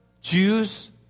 Jews